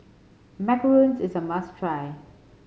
macarons is a must try